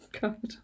God